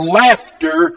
laughter